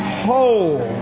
whole